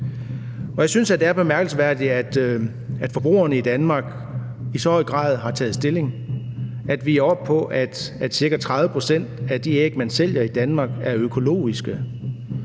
Og jeg synes, det er bemærkelsesværdigt, at forbrugerne i Danmark i så høj grad har taget stilling, så vi er oppe på, at ca. 30 pct. af de æg, man sælger i Danmark, er økologiske.